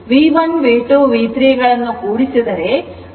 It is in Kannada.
V1 V2 V3 ಗಳನ್ನು ಕೂಡಿಸಿದರೆ 100 j volt ಆಗುತ್ತದೆ